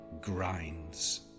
grinds